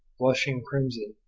blushing crimson,